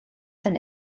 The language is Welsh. hynny